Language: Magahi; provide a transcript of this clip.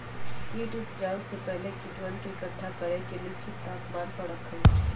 कीट उपजाऊ में पहले कीटवन के एकट्ठा करके निश्चित तापमान पर रखल जा हई